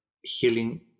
Healing